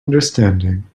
understanding